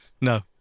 No